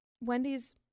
Wendy's